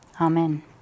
Amen